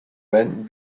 wenden